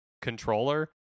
controller